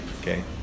okay